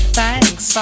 thanks